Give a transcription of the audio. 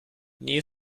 new